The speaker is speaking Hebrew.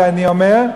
ואני אומר,